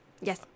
yes